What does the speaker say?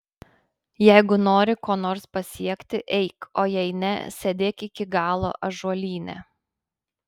jeigu nori ko nors pasiekti eik o jei ne sėdėk iki galo ąžuolyne